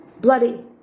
Bloody